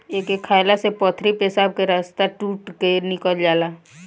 एके खाएला से पथरी पेशाब के रस्ता टूट के निकल जाला